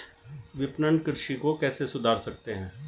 विपणन कृषि को कैसे सुधार सकते हैं?